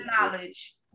knowledge